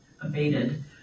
abated